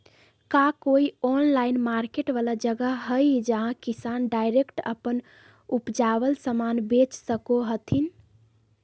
का कोई online market वाला जगह हइ जहां किसान डायरेक्ट अप्पन उपजावल समान बेच सको हथीन?